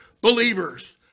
believers